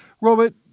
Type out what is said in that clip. Robert